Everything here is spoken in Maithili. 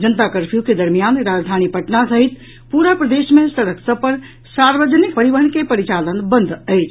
जनता कर्फ्यू के दरमियान राजधानी पटना सहित पूरा प्रदेश मे सड़क सभ पर सार्वजनिक परिवहन के परिचालन बंद अछि